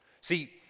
See